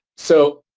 so,